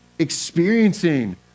experiencing